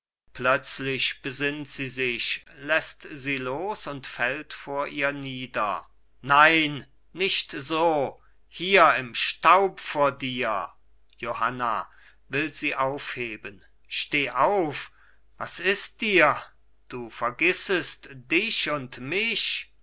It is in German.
plötzlich besinnt sie sich läßt sie los und fällt vor ihr nieder nein nicht so hier im staub vor dir johanna will sie aufheben steh auf was ist dir du vergissest dich und mich